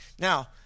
Now